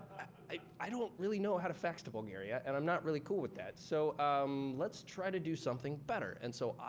i don't really know how to fax to bulgaria, and i'm not really cool with that. so um let's try to do something better. and so,